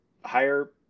higher